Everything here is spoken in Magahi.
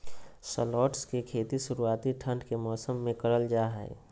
शलोट्स के खेती शुरुआती ठंड के मौसम मे करल जा हय